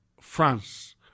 France